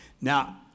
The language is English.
Now